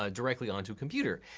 ah directly onto a computer.